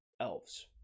elves